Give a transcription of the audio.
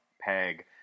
Peg